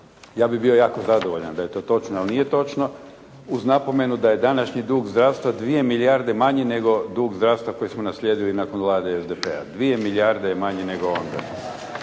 Ja bih bio jako zadovoljan da je to točno, a nije točno. Uz napomenu da je današnji dug zdravstva dvije milijarde manji nego dug zdravstva koji smo naslijedili nakon Vlade SDP-a. Dvije milijarde je manji nego onda.